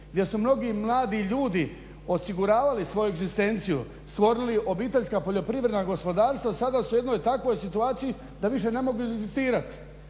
gdje su mnogi mladi ljudi osiguravali svoju egzistenciju, stvorili obiteljska poljoprivredna gospodarstva sada su u jednoj takvoj situaciji da više ne mogu egzistirati.